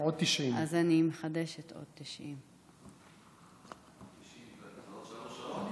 עוד 90. אז אני מחדשת, עוד 90. זה עוד שלוש שעות?